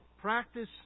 practice